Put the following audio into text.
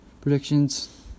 predictions